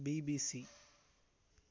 BBC